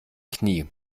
knie